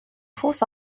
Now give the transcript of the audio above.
fuß